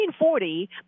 1940